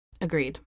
Agreed